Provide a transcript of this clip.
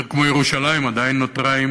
עיר כמו ירושלים עדיין נותרה,